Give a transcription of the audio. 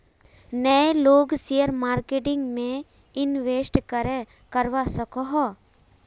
नय लोग share marketing में इंवेस्ट करे करवा सकोहो?